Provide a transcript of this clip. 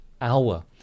hour